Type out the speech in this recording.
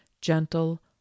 gentle